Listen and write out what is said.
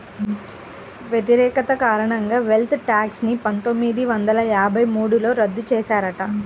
వ్యతిరేకత కారణంగా wealth tax ని పందొమ్మిది వందల యాభై మూడులో రద్దు చేశారట